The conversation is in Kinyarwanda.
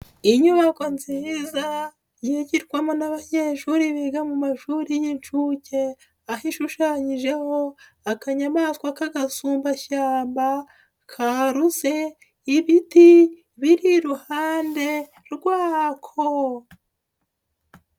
Inyubako nziza yigirwamo n'abanyeshuri biga mu mashuri y'inshuke aho ishushanyijeho akanyamaswa k'agasumbashyamba karuse ibiti biri iruhande rwako.